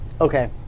Okay